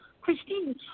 Christine